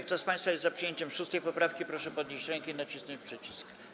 Kto z państwa jest za przyjęciem 6. poprawki, proszę podnieść rękę i nacisnąć przycisk.